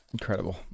Incredible